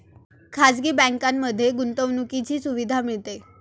खाजगी बँकांमध्ये गुंतवणुकीची सुविधा मिळते